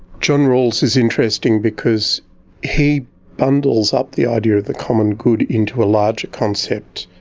john rawls is interesting because he bundles up the idea of the common good into a larger concept.